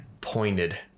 pointed